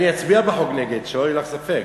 אני אצביע בחוק נגד, שלא יהיה לך ספק,